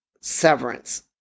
severance